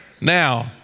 Now